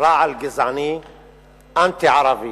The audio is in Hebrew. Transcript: רעל גזעני אנטי-ערבי,